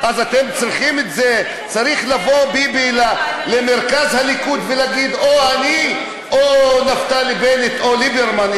אז ביבי צריך לבוא למרכז הליכוד ולהגיד: או אני או נפתלי בנט או ליברמן,